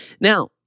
Now